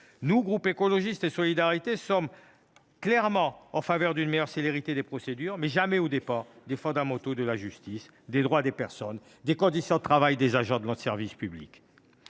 Au groupe Écologiste – Solidarité et Territoires, nous sommes clairement en faveur d’une plus grande célérité des procédures, mais jamais aux dépens des fondamentaux de la justice, des droits de la personne ou des conditions de travail des agents de notre service public.